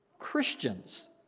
Christians